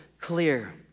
clear